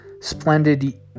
splendid